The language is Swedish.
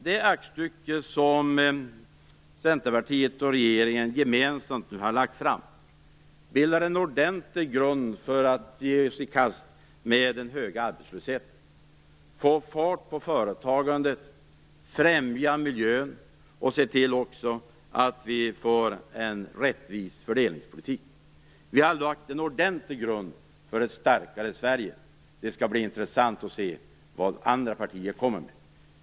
Det aktstycke som Centerpartiet och regeringen gemensamt har lagt fram bildar en ordentlig grund, som gör det möjligt för oss att ge oss i kast med den höga arbetslösheten, få fart på företagandet, främja miljön och se till att vi också får en rättvis fördelningspolitik. Vi har lagt en ordentlig grund för ett starkare Sverige. Det skall bli intressant att se vad andra partier kommer med.